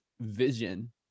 vision